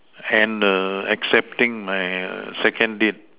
and err accepting my second date